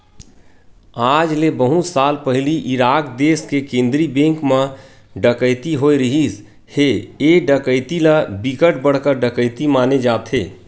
आज ले बहुत साल पहिली इराक देस के केंद्रीय बेंक म डकैती होए रिहिस हे ए डकैती ल बिकट बड़का डकैती माने जाथे